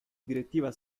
direttiva